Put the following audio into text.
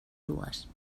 dues